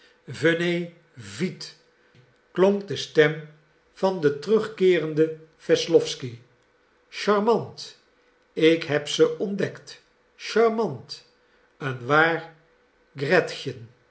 vite klonk de stem van den terugkeerenden wesslowsky charmante ik heb ze ontdekt charmante een waar